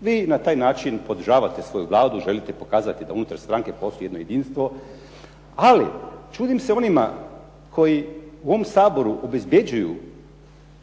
vi na taj način podržavate svoju Vladu, želite pokazati da unutar stranke postoji jedno jedinstvo, ali čudim se onima koji u ovom Saboru obezbjeđuju